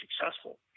successful